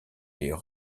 les